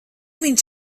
viņš